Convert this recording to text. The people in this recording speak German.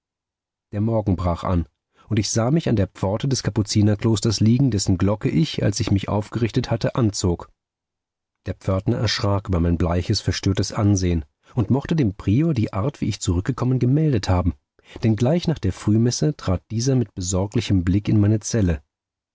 der morgen brach an und ich sah mich an der pforte des kapuzinerklosters liegen dessen glocke ich als ich mich aufgerichtet hatte anzog der pförtner erschrak über mein bleiches verstörtes ansehen und mochte dem prior die art wie ich zurückgekommen gemeldet haben denn gleich nach der frühmesse trat dieser mit besorglichem blick in meine zelle